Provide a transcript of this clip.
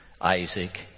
Isaac